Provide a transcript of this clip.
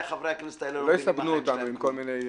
חברי הכנסת האלה לא מבינים מהחיים שלהם כלום.